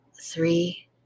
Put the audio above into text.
Three